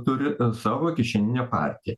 turi savo kišeninę partiją